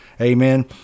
Amen